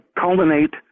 culminate